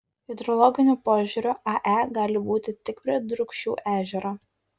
hidrologiniu požiūriu ae gali būti tik prie drūkšių ežero